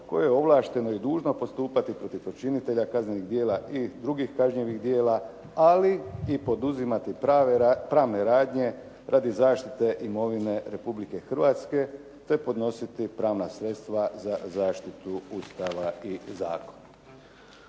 koje je ovlašteno i dužno postupati protiv počinitelja kaznenih djela i drugih kažnjivih djela ali i poduzimati pravne radnje radi zaštite imovine Republike Hrvatske te podnositi pravna sredstva za zaštitu Ustava i zakona.